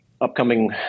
upcoming